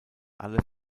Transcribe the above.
alle